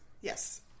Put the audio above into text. Yes